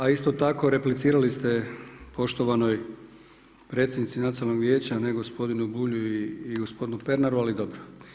A isto tako replicirali ste poštovanoj predsjednici Nacionalnog vijeća, ne gospodinu Bulju i gospodinu Pernaru, ali dobro.